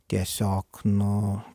tiesiog nu